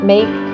Make